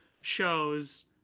shows